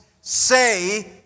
Say